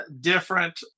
different